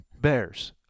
Bears